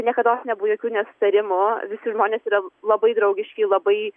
niekados nebuvo jokių nesutarimų visi žmonės yra labai draugiški labai